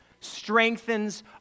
strengthens